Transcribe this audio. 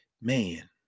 Man